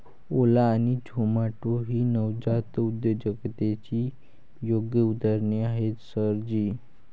ओला आणि झोमाटो ही नवजात उद्योजकतेची योग्य उदाहरणे आहेत सर जी